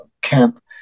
camp